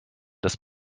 das